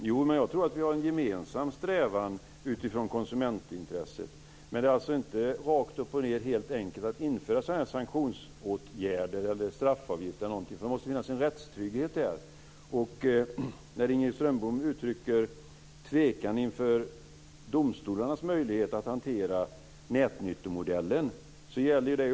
Fru talman! Jag tror att vi har en gemensam strävan utifrån konsumentintresset. Men det är inte helt enkelt att införa sanktionsåtgärder eller straffavgifter. Det måste finnas en rättstrygghet. Inger Strömbom uttrycker tvekan inför domstolarnas möjligheter att hantera nätnyttomodellen.